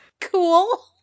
cool